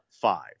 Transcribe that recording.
five